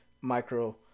micro